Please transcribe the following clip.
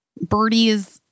Birdies